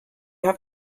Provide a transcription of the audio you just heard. have